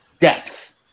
depth